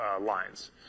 lines